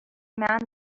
man